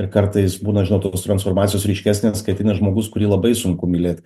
ir kartais būna žinot tos transformacijos ryškesnės kai ateina žmogus kurį labai sunku mylėt